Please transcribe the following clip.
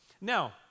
Now